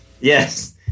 Yes